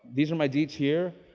these are my deets here.